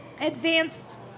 advanced